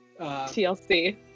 TLC